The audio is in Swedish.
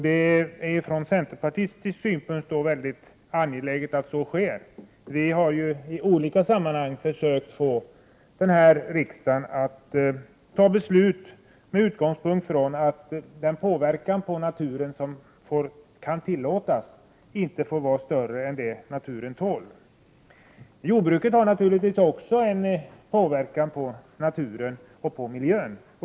Det är från centerpartistisk synpunkt verkligt angeläget att miljön får det utrymmet. Vi har i olika sammanhang försökt få riksdagen att fatta beslut med utgångspunkt i att den påverkan på naturen som kan tillåtas inte får vara större än vad naturen tål. Jordbruket påverkar naturligtvis också naturen och miljön.